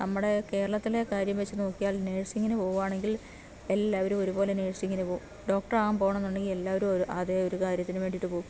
നമ്മുടെ കേരളത്തിലെ കാര്യം വച്ച് നോക്കുകയാൽ നഴ്സിങ്ങിന് പോവുകയാണെങ്കിൽ എല്ലാവരും ഒരുപോലെ നഴ്സിങ്ങിന് പോകും ഡോക്ടർ ആകാൻ പോകുന്നുണ്ടെങ്കിൽ എല്ലാവരും ഒരു അതേ ഒരു കാര്യത്തിനുവേണ്ടിട്ട് പോകും